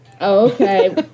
okay